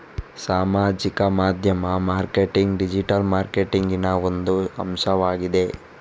ಸಾಮಾಜಿಕ ಮಾಧ್ಯಮ marketing digital ಮಾರ್ಕೆಟಿಂಗಿನ ಒಂದು ಅಂಶವಾಗಿದೆ